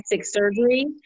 surgery